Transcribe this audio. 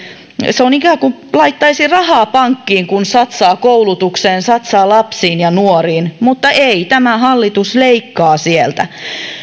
se on ikään kuin laittaisi rahaa pankkiin kun satsaa koulutukseen satsaa lapsiin ja nuoriin mutta ei tämä hallitus leikkaa sieltä